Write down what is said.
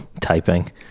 typing